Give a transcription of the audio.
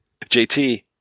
JT